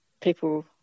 people